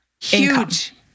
Huge